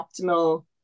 optimal